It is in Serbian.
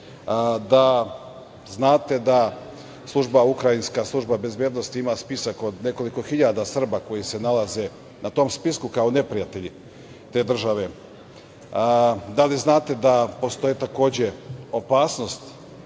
da znate da služba, ukrajinska služba bezbednosti ima spisak od nekoliko hiljada Srba koji se nalaze na tom spisku kao neprijatelji te države. Da li znate da postoje takođe opasnosti